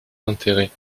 d’intérêt